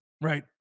right